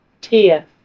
Tia